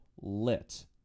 lit